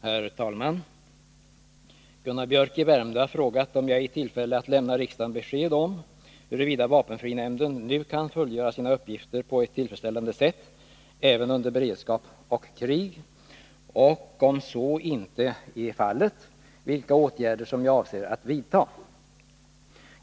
Herr talman! Gunnar Biörck i Värmdö har frågat om jag är i tillfälle att lämna riksdagen besked huruvida vapenfrinämnden nu kan fullgöra sina uppgifter på ett tillfredsställande sätt även under beredskap och krig och, om så inte är fallet, vilka åtgärder som jag avser att vidta.